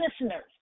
listeners